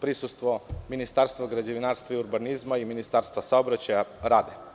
prisustvo Ministarstva građevinarstva i urbanizma i Ministarstva saobraćaja, rade.